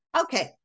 Okay